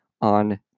on